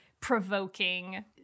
provoking